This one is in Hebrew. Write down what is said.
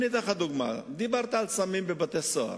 דיברת על סמים בבתי-סוהר,